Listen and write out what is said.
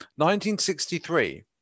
1963